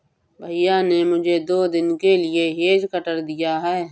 भैया ने मुझे दो दिन के लिए हेज कटर दिया है